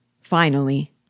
Finally